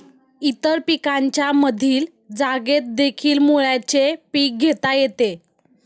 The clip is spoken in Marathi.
इतर पिकांच्या मधील जागेतदेखील मुळ्याचे पीक घेता येते